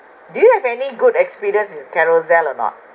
do you have any good experience with carousel or not